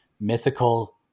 mythical